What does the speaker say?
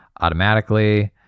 automatically